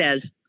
says